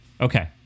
Okay